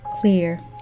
Clear